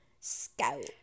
Scout